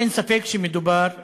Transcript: אין ספק שמדובר בעינוי,